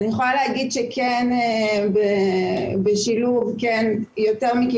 אני יכולה להגיד שבשילוב יותר מקהילות